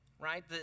right